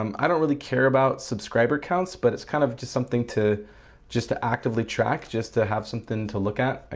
um i don't really care about subscriber counts but it's kind of just something to just to actively track just to have something to look at i